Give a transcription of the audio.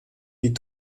die